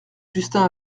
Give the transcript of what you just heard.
justin